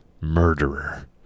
Murderer